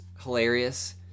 hilarious